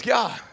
God